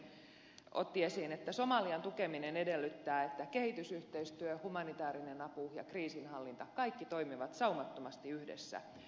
laukkanenkin äsken otti esiin että somalian tukeminen edellyttää että kehitysyhteistyö humanitäärinen apu ja kriisinhallinta kaikki toimivat saumattomasti yhdessä